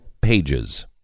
pages